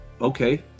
okay